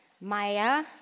Maya